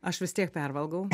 aš vis tiek pervalgau